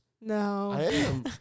no